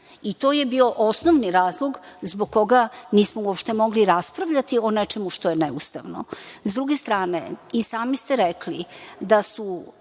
To je bio osnovni razlog zbog koga nismo uopšte mogli raspravljati o nečemu što je neustavno. Sa druge strane i sami ste rekli da su